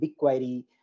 BigQuery